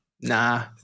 nah